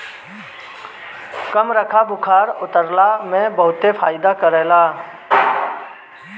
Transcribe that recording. कमरख बुखार उतरला में बहुते फायदा करेला